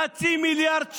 חצי מיליארד שקל.